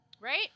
Right